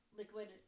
liquid